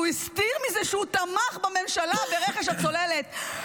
הוא הסתיר את זה שהוא תמך בממשלה ברכש הצוללת.